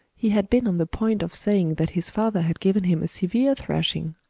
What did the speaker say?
he had been on the point of saying that his father had given him a severe thrashing.